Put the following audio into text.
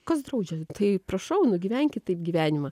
kas draudžia tai prašau nugyvenkit taip gyvenimą